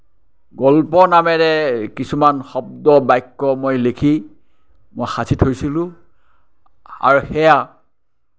গল্প নামেৰে কিছুমান শব্দ বাক্য মই লিখি মই সাঁচি থৈছিলো আৰু সেইয়া